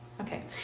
Okay